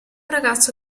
ragazzo